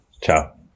Ciao